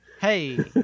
hey